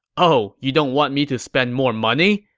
oh you don't want me to spend more money?